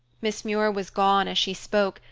miss muir was gone as she spoke,